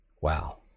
Wow